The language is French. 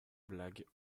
blagues